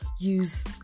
use